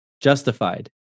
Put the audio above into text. justified